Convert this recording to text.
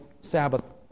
Sabbath